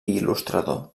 il·lustrador